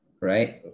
right